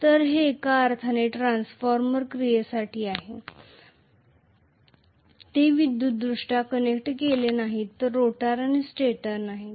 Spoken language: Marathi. तर हे एका अर्थाने ट्रान्सफॉर्मर क्रियेसारखे आहे ते विद्युतीयदृष्ट्या कनेक्ट केलेले नाहीत रोटर आणि स्टेटर नाहीत